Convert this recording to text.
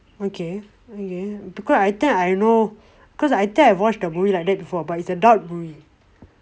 okay okay because I that time I know cause I think I watch a movie like that before but it's a dark movie